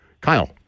Kyle